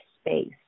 space